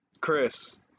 Chris